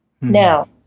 now